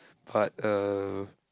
but uh